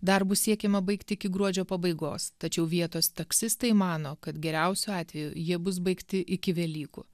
darbus siekiama baigti iki gruodžio pabaigos tačiau vietos taksistai mano kad geriausiu atveju jie bus baigti iki velykų